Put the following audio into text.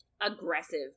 aggressive